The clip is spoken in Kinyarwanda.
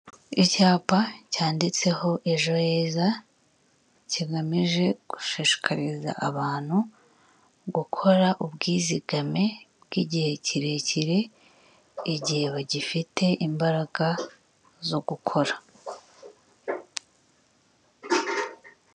Icyapa cyanditseho ejo heza, kigamije gushishikariza abantu gukora ubwizigame bw' igihe kirekire, igihe bagifite imbaraga zo gukora.